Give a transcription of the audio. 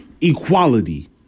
equality